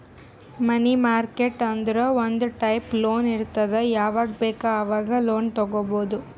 ಮನಿ market ಅಂದುರ್ ಒಂದ್ type loan ಇರ್ತುದ್ ಯಾವಾಗ್ ಬೇಕ್ ಆವಾಗ್ ಲೋನ್ ತಗೊಬೋದ್